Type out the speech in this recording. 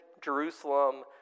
Jerusalem